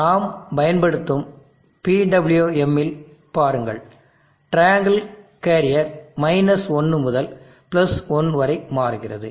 நாம் பயன்படுத்தும் PWM இல் பாருங்கள் ட்ரையாங்கிள் கேரியர் 1 முதல் 1 வரை மாறுகிறது